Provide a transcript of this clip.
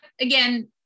again